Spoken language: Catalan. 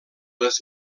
les